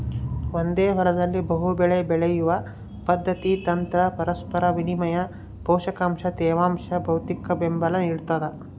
ಒಂದೇ ಹೊಲದಲ್ಲಿ ಬಹುಬೆಳೆ ಬೆಳೆಯುವ ಪದ್ಧತಿ ತಂತ್ರ ಪರಸ್ಪರ ವಿನಿಮಯ ಪೋಷಕಾಂಶ ತೇವಾಂಶ ಭೌತಿಕಬೆಂಬಲ ನಿಡ್ತದ